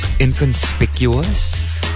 inconspicuous